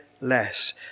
less